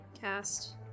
cast